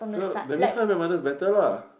so that means How I Met Your Mother is better lah